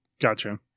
Gotcha